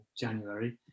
January